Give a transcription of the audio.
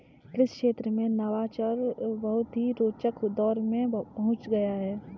कृषि क्षेत्र में नवाचार बहुत ही रोचक दौर में पहुंच गया है